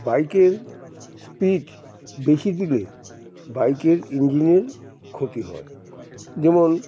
বাইকের স্পিড বেশি দিলে বাইকের ইঞ্জিনের ক্ষতি হয় যেমন